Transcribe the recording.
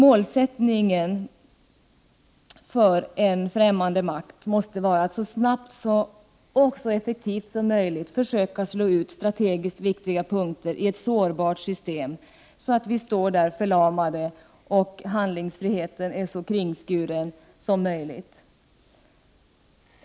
Ett mål för en angripande makt måste vara att så snabbt och effektivt som möjligt slå ut strategiskt viktiga punkter i ett sårbart system, så att samhället står förlamat, med handlingsfriheten kringskuren så mycket som möjligt.